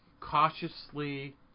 cautiously